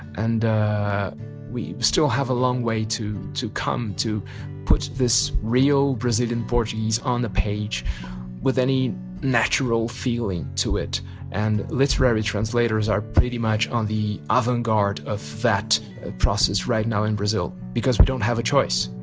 and we still have a long way to to come to put this real brazilian portuguese on the page with with any natural feeling to it and literary translators are pretty much on the avant garde of that process right now in brazil, because we don't have a choice.